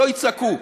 שלא יצעקו.